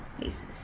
places